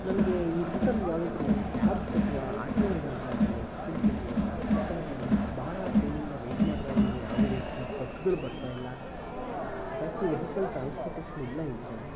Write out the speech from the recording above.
ನನಗೆ ಈ ರೂಟಲ್ಲಿ ಯಾವುದಾದ್ರೂ ಕ್ಯಾಬ್ಸ್ ಅಥವಾ ಆಟೋ ಏನಾದರೂ ನನಗೆ ಫೆಸಿಲಿಟಿ ಸಿಗುತ್ತಾ ಯಾಕಂದರೆ ನಾನು ಭಾಳ ಟೈಮಿಂದ ವೆಯ್ಟ್ ಮಾಡ್ತಾ ಇದ್ದೀನಿ ಯಾವುದೇ ರೀತಿಯ ಬಸ್ಗಳು ಬರ್ತಾ ಇಲ್ಲ ಜಾಸ್ತಿ ವೆಹಿಕಲ್ ಟ್ರಾನ್ಸ್ಪೋರ್ಟೇಷನ್ ಇಲ್ಲ ಈ ಕಡೆ